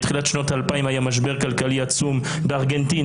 בתחילת שנות ה-2000 היה משבר כלכלי עצום בארגנטינה,